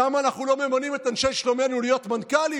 למה אנחנו לא ממנים את אנשי שלומנו להיות מנכ"לים?